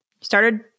started